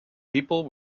people